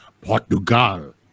Portugal